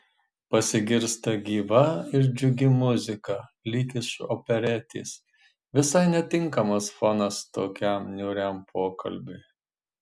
pasigirsta gyva ir džiugi muzika lyg iš operetės visai netinkamas fonas tokiam niūriam pokalbiui